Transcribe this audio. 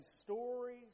stories